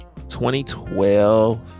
2012